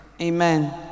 Amen